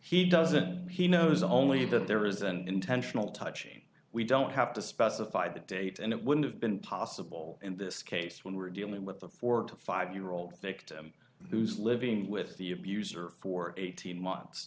he doesn't he knows only that there is an intentional touching we don't have to specify the date and it would have been possible in this case when we're dealing with the four to five year old victim who's living with the abuser for eighteen months